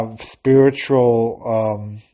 spiritual